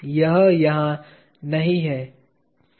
यह यहाँ नहीं है